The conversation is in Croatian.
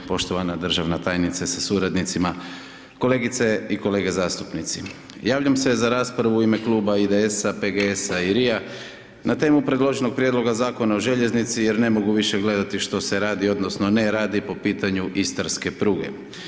Poštovana državna tajnice sa suradnicima, kolegice i kolege zastupnici, javljam se za raspravu u ime kluba IDS-PGS-RI-a na temu predloženog prijedloga Zakona o željeznici jer ne mogu više gledati što se radi odnosno ne radi po pitanju istarske pruge.